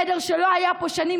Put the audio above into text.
סדר שלא היה פה שנים,